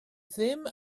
ddim